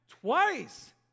twice